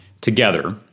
together